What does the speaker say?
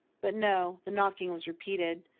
but no, the knocking was repeated.